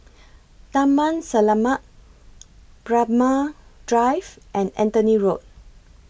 Taman Selamat Braemar Drive and Anthony Road